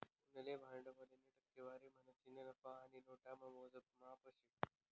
उनले भांडवलनी टक्केवारी म्हणीसन नफा आणि नोटामा मोजमाप शे